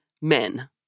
men